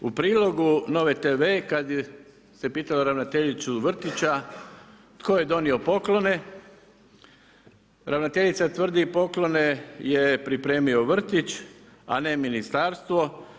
A u prilogu NOVA-e TV kad se pitalo ravnateljicu vrtića tko je donio poklone, ravnateljica tvrdi poklone je pripremio vrtić, a ne ministarstvo.